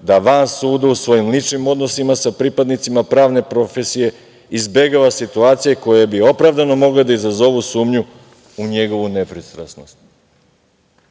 da van suda u svojim ličnim odnosima sa pripadnicima pravne profesije izbegava situacije koje bi opravdano mogle da izazovu sumnju u njegovu nepristrasnost,